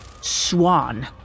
Swan